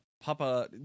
Papa